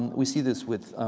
we see this with